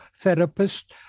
therapist